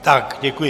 Tak, děkuji.